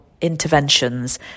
interventions